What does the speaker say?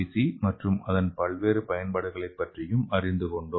C மற்றும் அதன் பல்வேறு பயன்பாடுகளைப் பற்றியும் அறிந்து கொண்டோம்